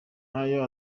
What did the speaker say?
nk’ayo